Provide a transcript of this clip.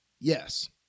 Yes